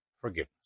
forgiveness